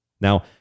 Now